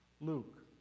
Luke